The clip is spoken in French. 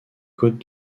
côtes